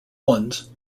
ones